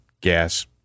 gas